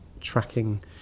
tracking